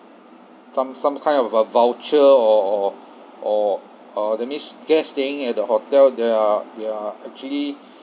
some some kind of v~ voucher or or or uh that means guests staying at the hotel there are there are actually